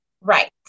Right